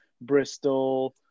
Bristol